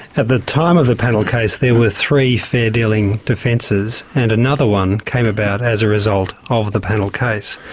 at the time of the panel case, there were three fair-dealing defences, and another one came about as a result of the panel case.